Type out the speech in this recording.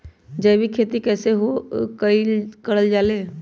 जैविक खेती कई से करल जाले?